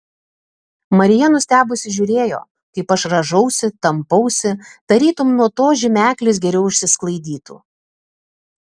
marija nustebusi žiūrėjo kaip aš rąžausi tampausi tarytum nuo to žymeklis geriau išsisklaidytų